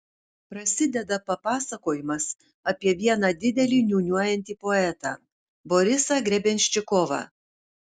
prasideda papasakojimas apie vieną didelį niūniuojantį poetą borisą grebenščikovą